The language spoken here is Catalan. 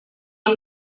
amb